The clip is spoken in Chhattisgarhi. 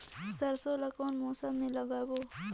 सरसो ला कोन मौसम मा लागबो?